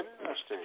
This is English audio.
interesting